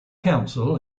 council